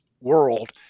world